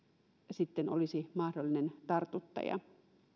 sitten olisi mahdollinen tartuttaja